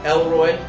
Elroy